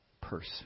person